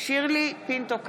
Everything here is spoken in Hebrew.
שירלי פינטו קדוש,